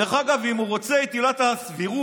דרך אגב, אם הוא רוצה את עילת הסבירות,